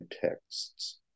texts